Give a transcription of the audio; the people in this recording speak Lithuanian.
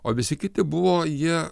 o visi kiti buvo jie